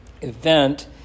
event